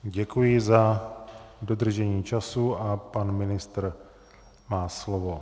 Děkuji za dodržení času a pan ministr má slovo.